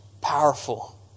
powerful